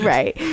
Right